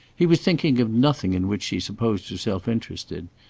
he was thinking of nothing in which she supposed herself interested.